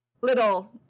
little